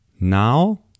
now